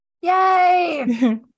Yay